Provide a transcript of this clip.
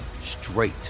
straight